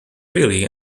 freely